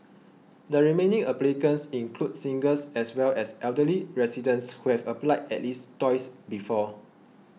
the remaining applicants include singles as well as elderly residents who have applied at least twice before